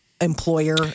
Employer